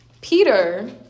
Peter